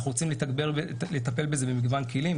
אנחנו רוצים לטפל בזה במגוון כלים,